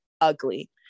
ugly